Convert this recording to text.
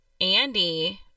andy